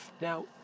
Now